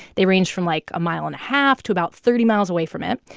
they ranged from, like, a mile and a half to about thirty miles away from it.